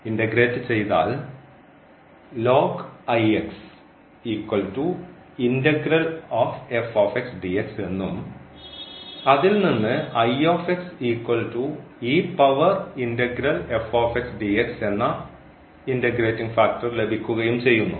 integrate ചെയ്താൽ എന്നും അതിൽ നിന്ന് എന്ന ഇൻറഗ്രേറ്റിംഗ് ഫാക്ടർ ലഭിക്കുകയും ചെയ്യുന്നു